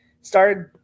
started